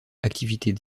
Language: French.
activités